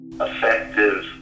effective